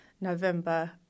November